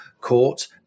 court